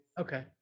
okay